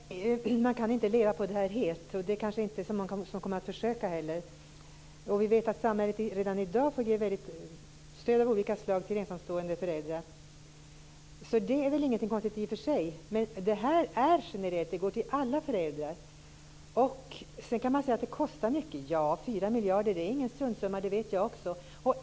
Fru talman! Nej, man kan inte leva på det helt. Det kanske inte är många som kommer att försöka göra det heller. Vi vet att samhället redan i dag på olika sätt stöder ensamstående föräldrar. Det är väl ingenting konstigt i och för sig, men det här är generellt. Det går till alla föräldrar. Man kan säga att det kostar mycket. Ja, 4 miljarder är ingen struntsumma, det vet jag också.